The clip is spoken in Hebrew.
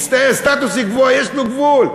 סטטוס קוו, יש לו גבול.